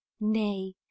nay